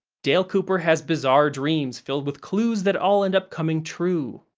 dale cooper has bizarre dreams filled with clues that all end up coming true.